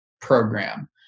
program